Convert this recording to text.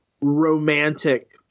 romantic